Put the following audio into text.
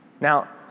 Now